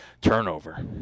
turnover